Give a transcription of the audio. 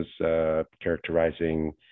characterizing